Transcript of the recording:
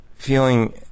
Feeling